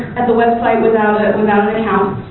at the website without an um account.